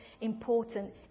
important